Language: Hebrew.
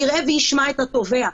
יראה וישמע את התובע.